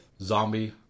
zombie